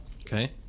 Okay